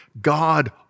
God